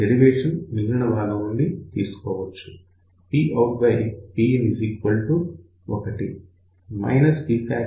derivation మిగిలిన భాగం నుంచి తీసుకోవచ్చు